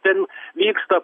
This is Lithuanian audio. ten vyksta